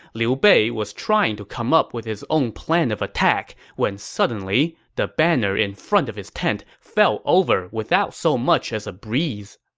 liu bei was trying to come up with his own plan of attack when suddenly the banner in front of his tent fell over without so much as a breeze.